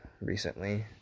recently